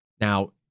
Now